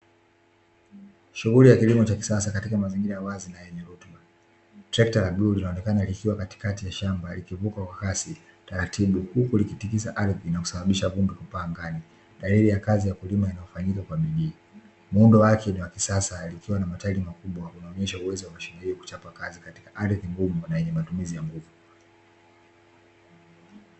Shughuli ya kilimo cha kisasa katika mazingira ya wazi na yenye rutuba, trekta la bluu linaonekana likiwa katikati ya shamba likivuka kwa kasi taratibu huku likitikisa ardhi na kusababisha vumbi kupaa angani, dalili ya kazi ya kulima inayofanyika kwa bidii ,muundo wake ni wa kisasa likiwa na matairi makubwa kunyonyesha uwezo wa kuchapa kazi katika ardhi ngumu na yenye matumizi ya nguvu .